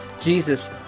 Jesus